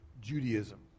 Judaism